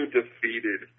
defeated